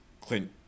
Clint